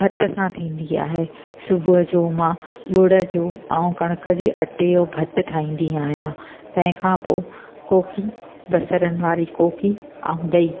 भत सां थींदी आहे सुबुह जो मां गुड़ जो ऐं कणिक जी अटे जो भत ठाहींदी आहियां तंहिंखां पोइ कोकी बसरनि वारी कोकी ऐं ॾई